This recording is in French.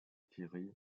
thierry